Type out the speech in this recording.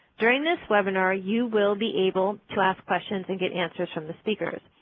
during this webinar, you will be able to ask questions and get answers from the speakers.